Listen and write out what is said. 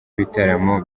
ibitaramo